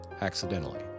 accidentally